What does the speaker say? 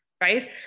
right